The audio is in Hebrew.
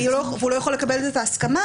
והוא לא יכול לקבל הסכמה,